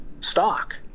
stock